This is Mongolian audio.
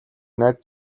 найз